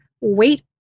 wait